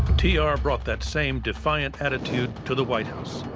t r. brought that same defiant attitude to the white house.